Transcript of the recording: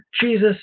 Jesus